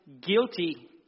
guilty